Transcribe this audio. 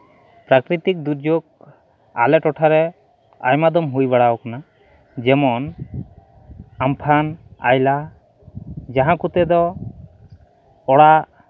ᱯᱨᱟᱠᱨᱤᱛᱤᱠ ᱫᱩᱨᱡᱳᱜᱽ ᱟᱞᱮ ᱴᱚᱴᱷᱟᱨᱮ ᱟᱭᱢᱟ ᱫᱚᱢ ᱦᱩᱭ ᱵᱟᱲᱟᱣ ᱠᱟᱱᱟ ᱡᱮᱢᱚᱱ ᱟᱢᱯᱷᱟᱱ ᱟᱭᱞᱟ ᱡᱟᱦᱟᱸ ᱠᱚᱛᱮ ᱫᱚ ᱚᱲᱟᱜ